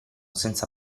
senza